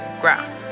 ground